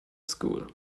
school